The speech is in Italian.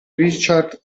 richard